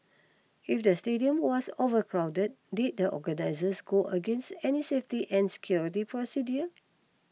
if the stadium was overcrowded did the organisers go against any safety and security procedures